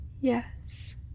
yes